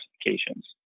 specifications